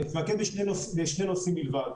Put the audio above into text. אני אתמקד בשני נושאים בלבד.